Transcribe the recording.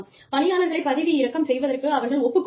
பணியாளர்களை பதவியிறக்கம் செய்வதற்கு அவர்கள் ஒப்புக் கொள்ளலாம்